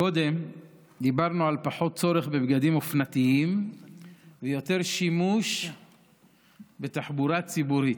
קודם דיברנו על פחות צורך בבגדים אופנתיים ויותר שימוש בתחבורה ציבורית.